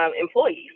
employees